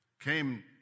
came